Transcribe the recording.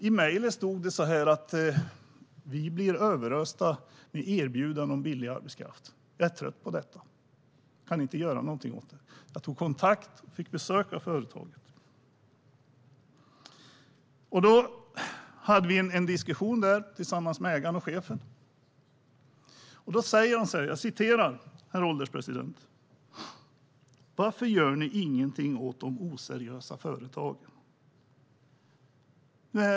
I mejlet stod det att de blir överösta med erbjudanden om billig arbetskraft och att de är trötta på detta, men de kan inte göra någonting åt det. Jag tog kontakt med företaget och fick besök av det. Vi hade en diskussion tillsammans med ägaren och chefen, som undrade, herr ålderspresident, varför vi inte gör någonting åt de oseriösa företagen.